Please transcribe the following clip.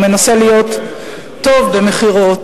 הוא מנסה להיות טוב במכירות.